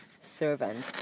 servant